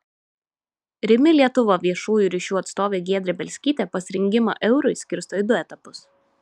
rimi lietuva viešųjų ryšių atstovė giedrė bielskytė pasirengimą eurui skirsto į du etapus